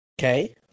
Okay